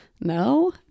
No